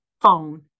phone